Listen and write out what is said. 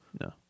No